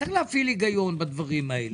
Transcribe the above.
צריך להפעיל הגיון בדברים האלה.